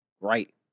Right